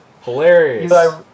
Hilarious